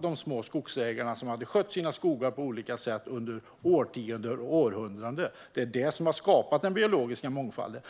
de små skogsägarna hade skött sina skogar på olika sätt under årtionden och århundraden. Det är det som har skapat den biologiska mångfalden.